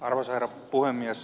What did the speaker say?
arvoisa herra puhemies